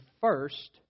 first